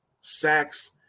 sacks